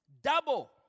Double